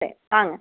சரி வாங்க